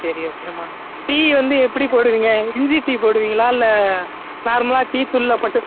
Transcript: சரி ஓகேம்மா டீ வந்து எப்படி போடுவீங்க இஞ்சி டீ போடுவீங்களா இல்லை நார்மலாக டீ தூளில் போட்டு